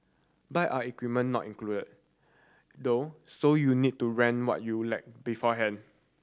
bike and equipment not included though so you'll need to rent what you lack beforehand